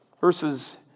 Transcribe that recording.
Verses